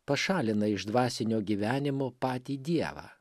pašalina iš dvasinio gyvenimo patį dievą